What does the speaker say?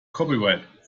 copyright